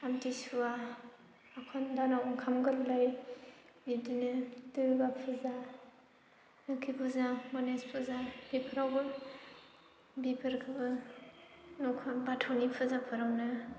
आमथिसुवा ओंखाम गोदानाव ओंखाम गोरलै बिदिनो दुर्गा फुजा लोखि फुजा गनेश फुजा बेफोरावबो बिफोरखौबो न'खर बाथौनि फुजाफोरावनो